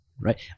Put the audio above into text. Right